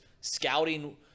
scouting